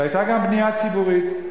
והיתה גם בנייה ציבורית.